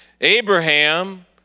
Abraham